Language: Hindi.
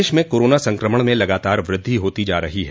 प्रदेश में कोरोना संक्रमण में लगातार वृद्धि होती जा रही है